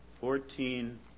fourteen